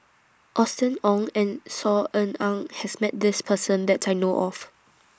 Austen Ong and Saw Ean Ang has Met This Person that I know of